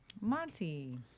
Monty